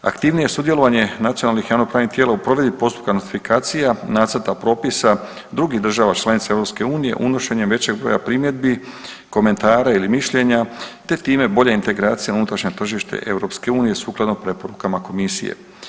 Aktivnije sudjelovanje nacionalnih i javnopravnih tijela u provedbi postupka notifikacija nacrta propisa drugih država članica EU unošenjem većeg broja primjedbi, komentara ili mišljenja te time bolja integracija u unutrašnje tržište EU sukladno preporukama komisije.